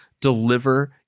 deliver